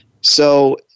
So-